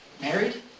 married